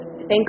thank